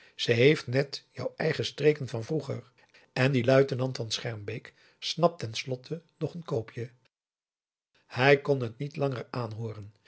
ze heeft net jou eigen streken van vroeger en die luitenant van schermbeek snapt ten slotte nog n koopje hij kon het niet langer aanhooren